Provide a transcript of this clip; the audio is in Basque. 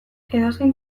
edozein